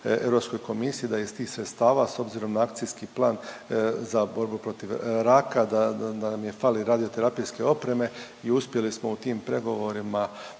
Europskoj komisiji da iz tih sredstava s obzirom na Akcijski plan za borbu protiv raka da nam fali radioterapijske opreme i uspjeli smo u tim pregovorima